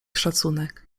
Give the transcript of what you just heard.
szacunek